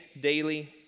daily